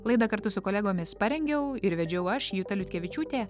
laidą kartu su kolegomis parengiau ir vedžiau aš juta liutkevičiūtė